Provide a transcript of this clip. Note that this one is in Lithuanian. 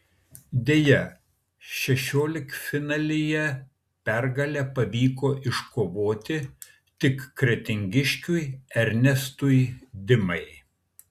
deja šešioliktfinalyje pergalę pavyko iškovoti tik kretingiškiui ernestui dimai